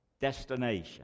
destination